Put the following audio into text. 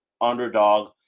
underdog